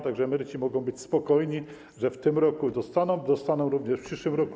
Tak że emeryci mogą być spokojni o to, że w tym roku je dostaną, dostaną również w przyszłym roku.